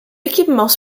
équipements